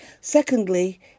Secondly